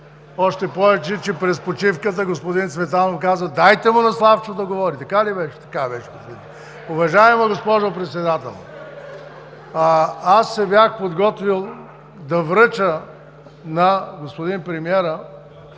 Още повече, че през почивката господин Цветанов каза: „Дайте му на Славчо да говори“. Така ли беше? Така беше! Уважаема госпожо Председател, аз се бях подготвил да връча на господин премиера